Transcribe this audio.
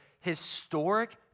historic